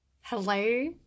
Hello